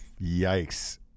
yikes